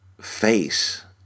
face